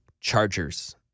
Chargers